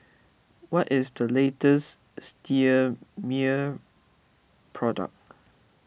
what is the latest Sterimar product